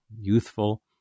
youthful